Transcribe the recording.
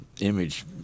image